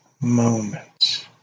moments